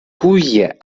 tuje